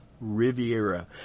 Riviera